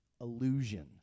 illusion